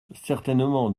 certainement